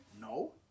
No